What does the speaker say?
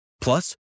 Plus